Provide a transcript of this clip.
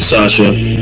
Sasha